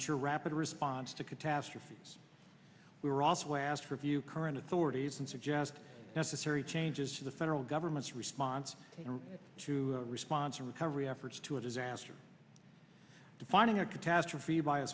ensure rapid response to catastrophes were also asked for view current authorities and suggest necessary changes to the federal government's response to response and recovery efforts to a disaster defining a catastrophe by a